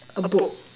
a book